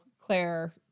Claire